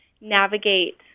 navigate